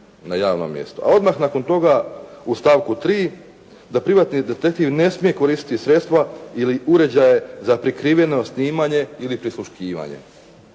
na javnom mjestu, a odmah nakon toga u stavku 3. da privatni detektiv ne smije koristiti sredstva ili uređaje za prikriveno snimanje ili prisluškivanje.